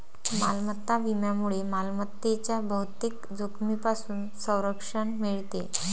मालमत्ता विम्यामुळे मालमत्तेच्या बहुतेक जोखमींपासून संरक्षण मिळते